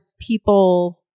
people